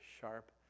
sharp